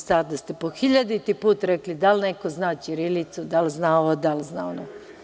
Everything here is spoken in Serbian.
Sada ste po hiljaditi put rekli – da li neko zna ćirilicu, da li zna ovo, da li zna ono.